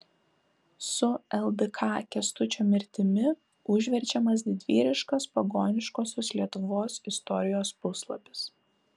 su ldk kęstučio mirtimi užverčiamas didvyriškas pagoniškosios lietuvos istorijos puslapis